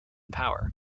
power